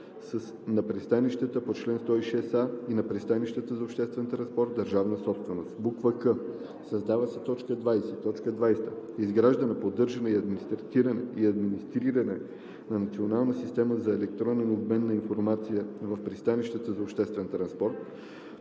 „на пристанищата по чл. 106а и на пристанищата за обществен транспорт – държавна собственост,“; к) създава се т. 20: „20. изграждане, поддържане и администриране на национална система за електронен обмен на информация в пристанищата за обществен транспорт“.